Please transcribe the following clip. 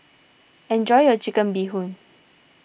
enjoy your Chicken Bee Hoon